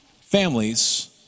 families